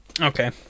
Okay